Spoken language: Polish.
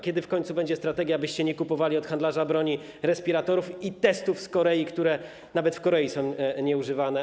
Kiedy w końcu będzie strategia, abyście nie kupowali od handlarza bronią respiratorów i testów z Korei, które nawet w Korei są nieużywane?